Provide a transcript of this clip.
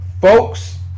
Folks